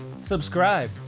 subscribe